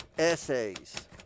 Essays